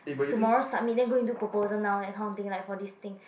tomorrow submit then go and do proposal now that kind thing like for this thing